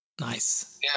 Nice